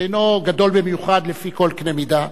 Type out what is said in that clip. שאינו גדול במיוחד לפי כל קנה מידה,